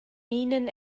minen